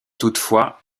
toutefois